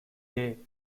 day